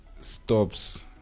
stops